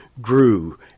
grew